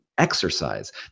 exercise